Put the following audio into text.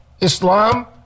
Islam